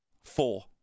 Four